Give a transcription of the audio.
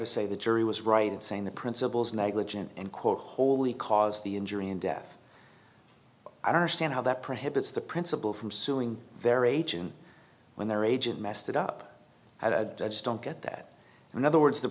to say the jury was right in saying the principals negligent and quote wholly caused the injury and death i don't understand how that prohibits the principle from suing their agent when their agent messed it up i just don't get that in other words the